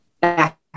back